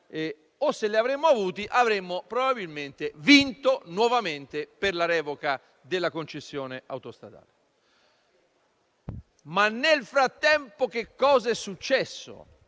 o, se li avessimo avuti, avremmo probabilmente vinto nuovamente per la revoca della concessione autostradale. Nel frattempo è successo